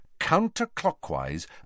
counterclockwise